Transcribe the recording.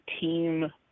team